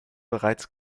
bereits